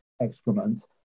excrement